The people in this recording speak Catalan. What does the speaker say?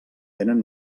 tenen